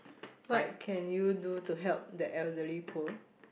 what can you do to help the elderly poor